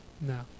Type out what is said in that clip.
No